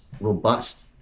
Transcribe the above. robust